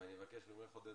ואני מבקש ממך, עודדה,